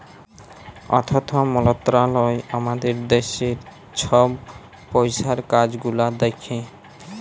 অথ্থ মলত্রলালয় আমাদের দ্যাশের ছব পইসার কাজ গুলা দ্যাখে